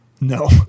No